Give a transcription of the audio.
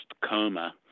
coma